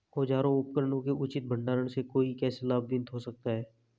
औजारों और उपकरणों के उचित भंडारण से कोई कैसे लाभान्वित हो सकता है?